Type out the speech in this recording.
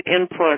input